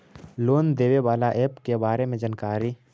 Loan देने बाला app के बारे मे जानकारी?